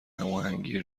هماهنگی